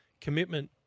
Commitment